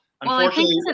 unfortunately-